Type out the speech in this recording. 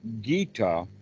gita